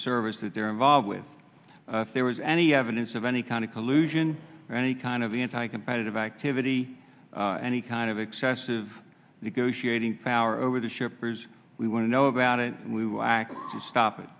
service that they're involved with if there was any evidence of any kind of collusion or any kind of the anti competitive activity any kind of excessive negotiating power over the shippers we want to know about it we will act to